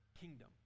kingdom